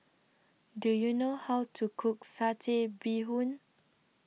Do YOU know How to Cook Satay Bee Hoon